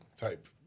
type